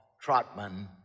Trotman